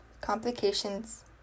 complications